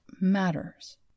matters